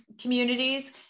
communities